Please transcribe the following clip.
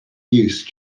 use